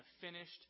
finished